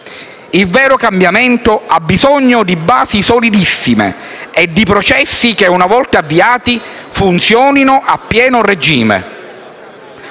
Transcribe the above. Il vero cambiamento ha bisogno di basi solidissime e di processi che, una volta avviati, funzionino a pieno regime.